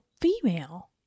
female